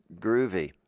groovy